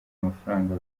amafaranga